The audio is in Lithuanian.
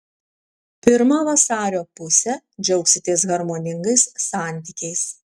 pirmą vasario pusę džiaugsitės harmoningais santykiais